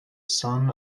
son